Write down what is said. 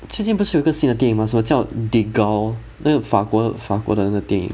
最近不是有一个新的电影吗什么叫那个法国法国的那个电影